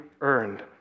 earned